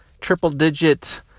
triple-digit